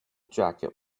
jacket